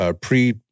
pre